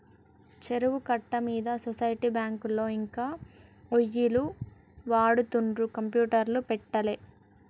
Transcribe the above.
చెరువు కట్ట మీద సొసైటీ బ్యాంకులో ఇంకా ఒయ్యిలు వాడుతుండ్రు కంప్యూటర్లు పెట్టలే